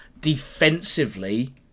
Defensively